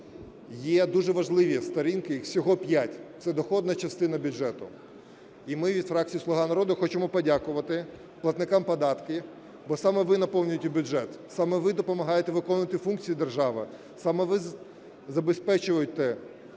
Є дуже важливі сторінки, їх всього 5 – це дохідна частина бюджету. І ми від фракції "Слуга народу" хочемо подякувати платникам податків, бо саме ви наповнюєте бюджет, саме ви допомагаєте виконувати функції держави, саме ви забезпечуєте оборону,